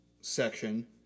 section